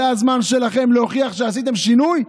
זה הזמן שלכם להוכיח שעשיתם שינוי,